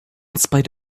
spite